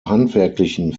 handwerklichen